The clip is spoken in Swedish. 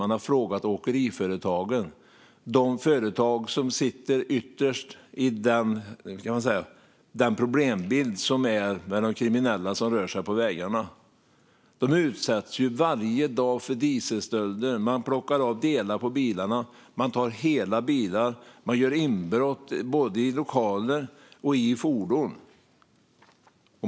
Man har frågat åkeriföretagen, de företag som sitter ytterst i problembilden med de kriminella som rör sig på vägarna. De utsätts varje dag för dieselstölder, man plockar av delar på bilarna, man tar hela bilar och man gör inbrott både i lokaler och i fordon.